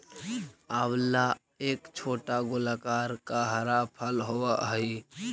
आंवला एक छोटा गोलाकार का हरा फल होवअ हई